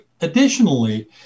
Additionally